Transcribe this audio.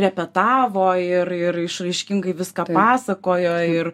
repetavo ir ir išraiškingai viską pasakojo ir